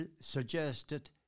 suggested